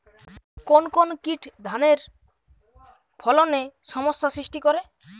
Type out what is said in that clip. কোন কোন কীট ধানের ফলনে সমস্যা সৃষ্টি করে?